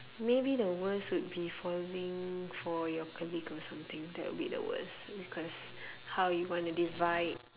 maybe the worst would be falling for your colleague or something that would be the worst because how you wanna divide